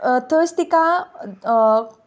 थंयच तिका